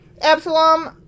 absalom